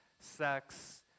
sex